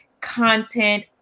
content